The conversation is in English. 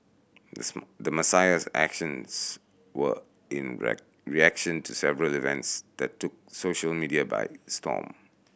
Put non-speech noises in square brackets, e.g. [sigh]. the Messiah's actions were in [unintelligible] reaction to several events that took social media by storm